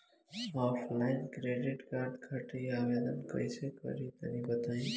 Offline credit card खातिर आवेदन कइसे करि तनि बताई?